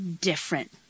different